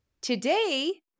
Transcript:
Today